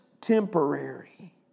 temporary